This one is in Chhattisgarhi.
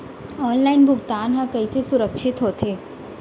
ऑनलाइन भुगतान हा कइसे सुरक्षित होथे?